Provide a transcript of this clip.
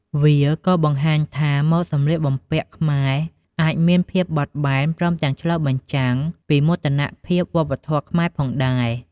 វាក៏៏បង្ហាញថា ម៉ូដសម្លៀកបំពាក់ខ្មែរអាចមានភាពបត់បែន ព្រមទាំងឆ្លុះបញ្ចាំងពីមោទនភាពវប្បធម៌ខ្មែរផងដែរ។